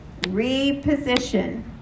Reposition